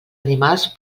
animals